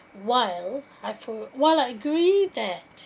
while I for while I agree that